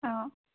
অঁ